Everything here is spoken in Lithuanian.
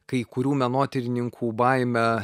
kai kurių menotyrininkų baimę